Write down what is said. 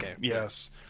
yes